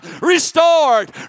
restored